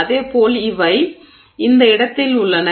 அதே போல் அவை இந்த படத்தில் உள்ளன